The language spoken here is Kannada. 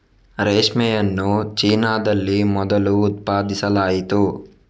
ರೇಷ್ಮೆಯನ್ನು ಚೀನಾದಲ್ಲಿ ಮೊದಲು ಉತ್ಪಾದಿಸಲಾಯಿತು